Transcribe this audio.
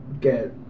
get